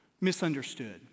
misunderstood